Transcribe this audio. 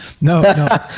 no